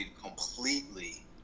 completely